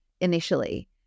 initially